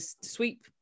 sweep